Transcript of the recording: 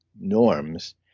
norms